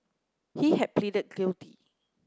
he had pleaded guilty